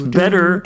better